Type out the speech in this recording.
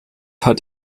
hat